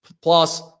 plus